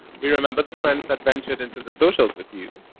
we remember the friends that ventured into the socials with you,